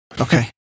Okay